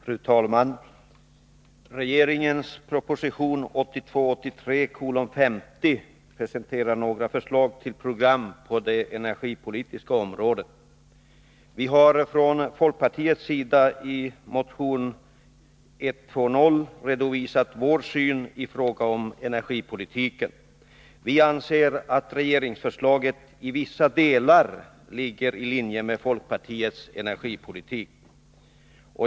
Fru talman! Regeringens proposition 1982/83:50 presenterar några förslag till program på det energipolitiska området. Vi har från folkpartiets sida i motion 120 redovisat vår syn i fråga om energipolitiken. Vi anser att regeringsförslaget i vissa delar ligger i linje med folkpartiets energipolitik.